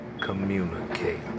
communicate